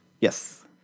Yes